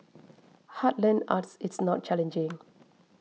heartland arts is not challenging